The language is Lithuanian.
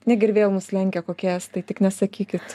negi ir vėl mus lenkia kokie estai tik nesakykit